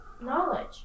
knowledge